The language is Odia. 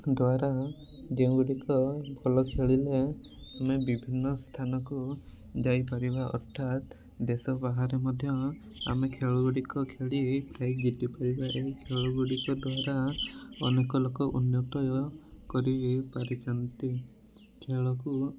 ଦ୍ୱାରା ଯେଉଁ ଗୁଡ଼ିକ ଭଲ ଖେଳିଲେ ଆମେ ବିଭିନ୍ନ ସ୍ଥାନକୁ ଯାଇପାରିବା ଅର୍ଥାତ୍ ଦେଶ ବାହାରେ ମଧ୍ୟ ଆମେ ଖେଳ ଗୁଡ଼ିକ ଖେଳି ପ୍ରାଇଜ୍ ଜିତି ପାରିବା ଏହି ଖେଳ ଗୁଡ଼ିକ ଦ୍ୱାରା ଅନେକ ଲୋକ ଉନ୍ନତି କରିପାରିଚନ୍ତି ଖେଳକୁ